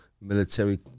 military